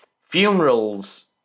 funerals